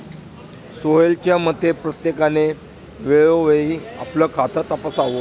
सोहेलच्या मते, प्रत्येकाने वेळोवेळी आपलं खातं तपासावं